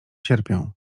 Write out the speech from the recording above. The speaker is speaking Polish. cierpią